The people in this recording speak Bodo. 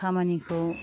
खामानिखौ